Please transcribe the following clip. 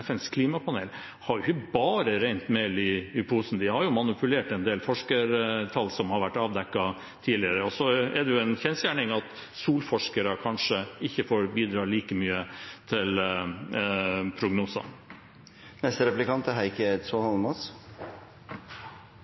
FNs klimapanel ikke har bare rent mel i posen. De har manipulert en del forskertall, som har vært avdekket tidligere. Så er det en kjensgjerning at solforskere kanskje ikke får bidra like mye til prognosene. En del av det som det har vært skrytt av fra Fremskrittspartiets side og fra statsråden på tirsdag, er